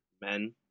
men